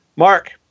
Mark